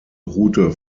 route